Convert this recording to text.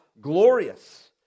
glorious